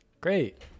great